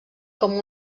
com